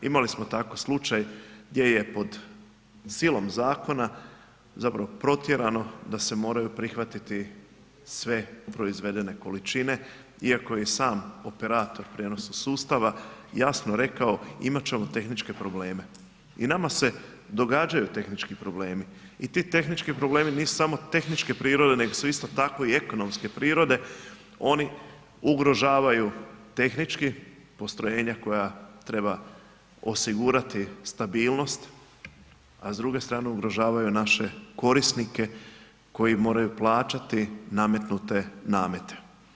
Imali smo tako slučaj gdje je pod silom zakona zapravo protjerano da se moraju prihvatiti sve proizvedene količine iako je i sam operator prijenosa sustava jasno rekao imat ćemo tehničke probleme i nama se događaju tehnički problemi i ti tehnički problemi nisu samo tehničke prirode, nego su isto tako i ekonomske prirode, oni ugrožavaju tehnički postrojenja koja treba osigurati stabilnost, a s druge strane ugrožavaju naše korisnike koji moraju plaćati nametnute namete.